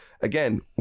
again